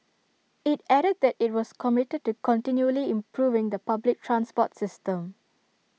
IT added that IT was committed to continually improving the public transport system